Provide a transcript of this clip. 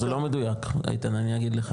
זה לא מדויק איתן אני אגיד לך.